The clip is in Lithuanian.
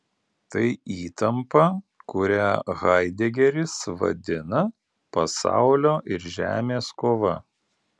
tai įtampa kurią haidegeris vadina pasaulio ir žemės kova